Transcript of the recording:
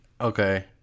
okay